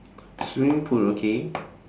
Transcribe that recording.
swimming pool okay